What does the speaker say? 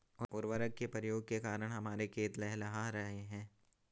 उर्वरक के प्रयोग के कारण हमारे खेत लहलहा रहे हैं